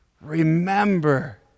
remember